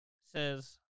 says